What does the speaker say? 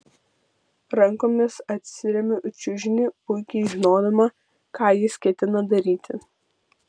rankomis atsiremiu į čiužinį puikiai žinodama ką jis ketina daryti